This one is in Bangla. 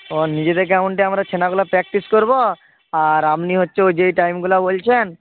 ও নিজেদের গ্রাউন্ডে আমরা ছানাগুলো প্র্যাকটিস করব আর আপনি হচ্ছে ওই যেই টাইমগুলো বলছেন